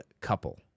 COUPLE